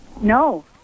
No